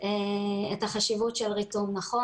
את החשיבות של ריתום נכון.